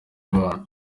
abana